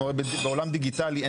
אנחנו הרי בעולם דיגיטלי.